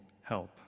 help